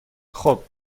خوب